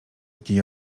jakiej